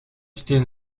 steen